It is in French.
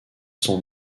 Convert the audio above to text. son